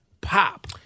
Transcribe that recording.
pop